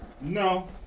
No